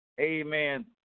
Amen